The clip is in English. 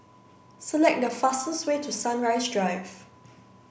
select the fastest way to Sunrise Drive